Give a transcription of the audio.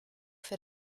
für